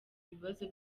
ibibazo